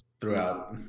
throughout